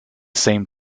same